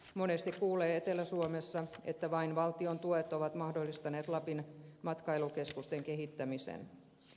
monesti kuulee etelä suomessa että vain valtion tuet ovat mahdollistaneet lapin matkailukeskusten kehittämisen